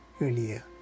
earlier